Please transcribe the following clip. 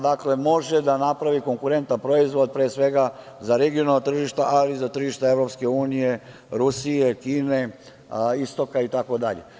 Dakle, može da napravi konkurentan proizvod, pre svega za regionalna tržišta, ali i za tržišta EU, Rusije, Kine, istoka itd.